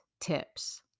Tips